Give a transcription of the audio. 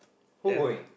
who win